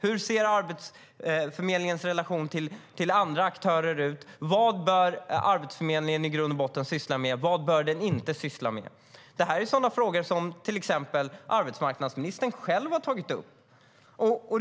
Hur ser Arbetsförmedlingens relation till andra aktörer ut? Vad bör Arbetsförmedlingen i grund och botten syssla med? Vad bör den inte syssla med? Det är sådana frågor som till exempel arbetsmarknadsministern själv har tagit upp.